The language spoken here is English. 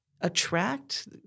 attract